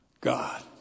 God